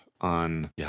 on